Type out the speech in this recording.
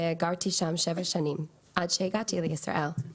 וגרתי שם שבע שנים עד שהגעתי לישראל.